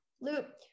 loop